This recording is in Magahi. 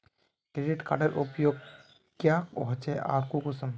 क्रेडिट कार्डेर उपयोग क्याँ होचे आर कुंसम?